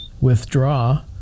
withdraw